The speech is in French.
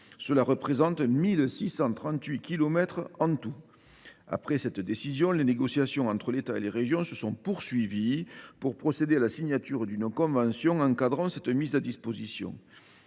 un total de 1 638 kilomètres. Après cette décision, les négociations entre l’État et les régions se sont poursuivies pour procéder à la signature d’une convention encadrant cette mise à disposition.